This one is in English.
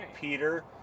Peter